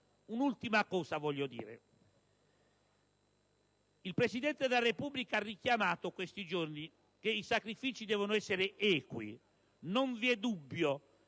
Un'ultima cosa. Il Presidente della Repubblica ha richiamato in questi giorni che i sacrifici devono essere equi. Non vi è dubbio